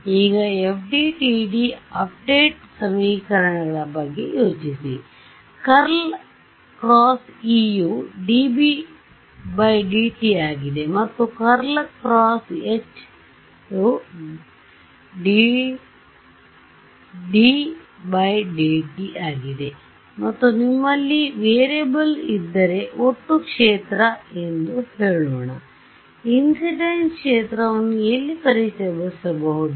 ಈಗ FDTD update ಸಮೀಕರಣಗಳ ಬಗ್ಗೆ ಯೋಚಿಸಿ ∇× E ಯು dBdt ಆಗಿದೆ ಮತ್ತು ∇× H ಯು dDdt ಆಗಿದೆ ಮತ್ತು ನಿಮ್ಮಲ್ಲಿ ವೇರಿಯಬಲ್ ಇದ್ದರೆ ಒಟ್ಟು ಕ್ಷೇತ್ರ ಎಂದು ಹೇಳೋಣಇನ್ಸಿಡೆಂಟ್ ಕ್ಷೇತ್ರವನ್ನು ಎಲ್ಲಿ ಪರಿಚಯಿಸಬಹುದು